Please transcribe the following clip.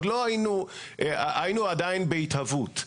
היינו עדיין בהתהוות.